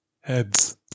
heads